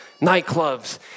nightclubs